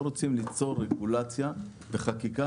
לא רוצים ליצור רגולציה וחקיקה,